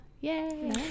yay